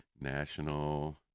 National